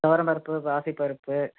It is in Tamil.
துவரம் பருப்பு பாசிப்பருப்பு